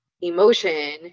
emotion